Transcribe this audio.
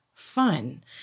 fun